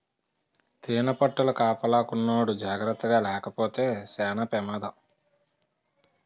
తేనిపట్టుల కాపలాకున్నోడు జాకర్తగాలేపోతే సేన పెమాదం